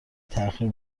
تاخیر